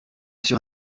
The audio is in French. sur